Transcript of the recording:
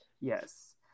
Yes